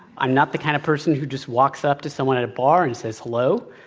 i'm not the kind of person who just walks up to someone at a bar and says, hello.